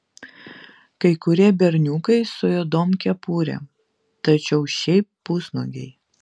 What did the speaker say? kai kurie berniukai su juodom kepurėm tačiau šiaip pusnuogiai